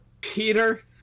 Peter